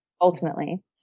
ultimately